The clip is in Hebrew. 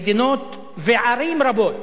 במדינות וערים רבות,